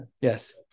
Yes